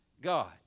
God